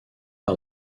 par